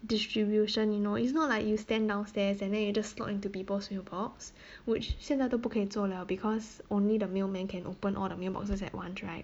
distribution you know it's not like you stand downstairs and then you just slot into people's mailbox which 现在都不可以做 liao because only the mailman can open all the mailboxes at once right